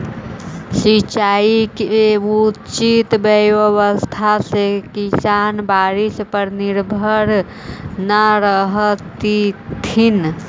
सिंचाई के उचित व्यवस्था से किसान बारिश पर निर्भर न रहतथिन